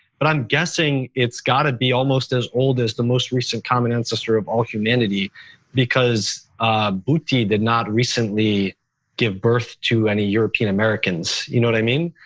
but i'm guessing it's got to be almost as old as the most recent common ancestor of all humanity because mbuti did not recently give birth to any european americans. you know what i mean?